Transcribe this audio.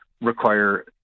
require